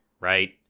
right